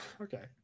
Okay